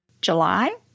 July